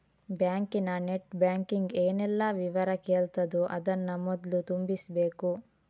ಬ್ಯಾಂಕಿನ net banking ಏನೆಲ್ಲ ವಿವರ ಕೇಳ್ತದೋ ಅದನ್ನ ಮೊದ್ಲು ತುಂಬಿಸ್ಬೇಕು